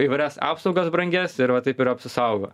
įvairias apsaugas brangias ir va taip ir apsisaugo